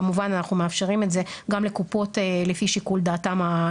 כמובן אנחנו מאפשרים את זה גם לקופות לפי שיקול דעתן המקצועי.